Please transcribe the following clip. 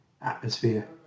atmosphere